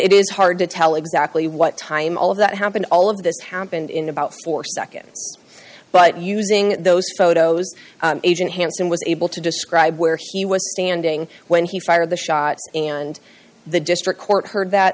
it is hard to tell exactly what time all of that happened all of this happened in about four seconds but using those photos agent hansen was able to describe where he was standing when he fired the shot and the district court heard that